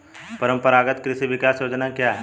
परंपरागत कृषि विकास योजना क्या है?